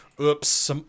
oops